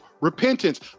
repentance